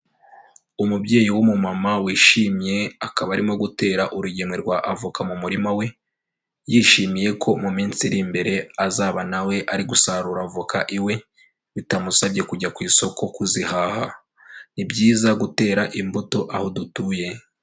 Umubyeyi w'umumama wishimye akaba arimo gutera urugemwe rw'avoka mu murima we, yishimiye ko mu minsi iri imbere azaba na we ari gusarura avoka iwe, bitamusabye kujya ku isoko kuzihaha, ni byiza gutera imbuto aho dutuye.